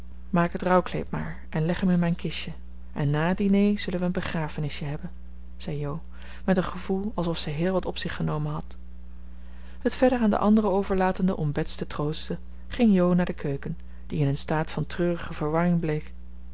maak het rouwkleed maar en leg hem in mijn kistje en na het diner zullen wij een begrafenisje hebben zei jo met een gevoel alsof zij heel wat op zich genomen had het verder aan de anderen overlatende om bets te troosten ging jo naar de keuken die in een staat van treurige verwarring bleek